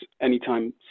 anytime